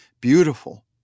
beautiful